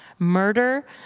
murder